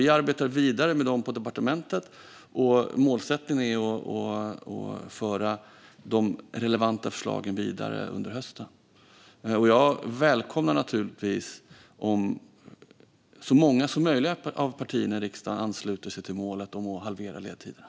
Vi arbetar vidare med dem på departementet, och målsättningen är att föra de relevanta förslagen vidare under hösten. Jag välkomnar naturligtvis om så många som möjligt av partierna i riksdagen ansluter sig till målet om att halvera ledtiderna.